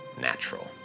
natural